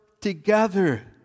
together